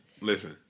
Listen